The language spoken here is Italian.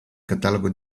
catalogo